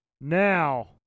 Now